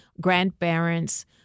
grandparents